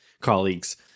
colleagues